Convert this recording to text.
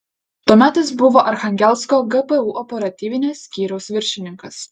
tuomet jis buvo archangelsko gpu operatyvinio skyriaus viršininkas